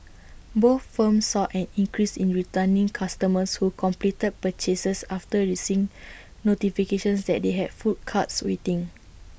both firms saw an increase in returning customers who completed purchases after receiving notifications that they had full carts waiting